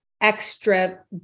extra